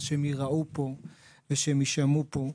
שהם ייראו פה ושהם יישמעו פה.